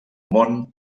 món